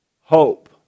Hope